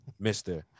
Mr